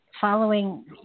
following